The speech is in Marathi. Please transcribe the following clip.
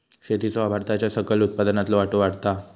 शेतीचो भारताच्या सकल उत्पन्नातलो वाटो वाढता हा